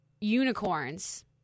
unicorns